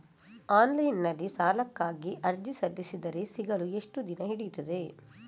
Online ನಲ್ಲಿ ಸಾಲಕ್ಕಾಗಿ ಅರ್ಜಿ ಸಲ್ಲಿಸಿದರೆ ಸಿಗಲು ಎಷ್ಟು ದಿನ ಹಿಡಿಯುತ್ತದೆ?